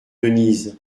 denise